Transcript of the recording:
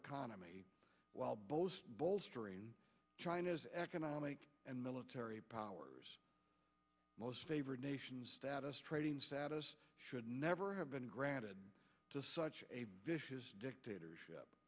economy while both bolstering china's economic and military powers most favored nation status trading status should never have been granted to such a vicious dictatorship